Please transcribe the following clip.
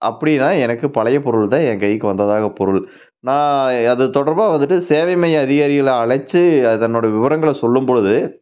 அப்படினா எனக்கு பழைய பொருள் தான் என் கைக்கு வந்ததாக பொருள் நான் அது தொடர்பாக வந்துவிட்டு சேவை மைய அதிகாரிகளை அழைச்சு அதனுடைய விவரங்களை சொல்லும் போது